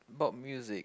pop music